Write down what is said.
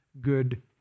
good